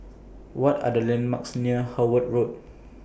What Are The landmarks near Howard Road